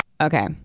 Okay